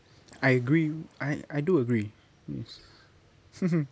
I agree I I do agree yes